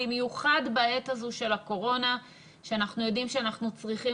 במיוחד בעת הזו של הקורונה שאנחנו יודעים שאנחנו צריכים